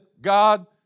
God